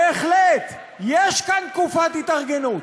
בהחלט, יש כאן תקופת התארגנות.